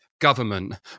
government